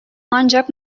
ancak